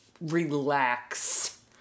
relax